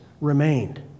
remained